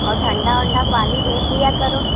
और ठंडा वंढा पानी भेज दिया करो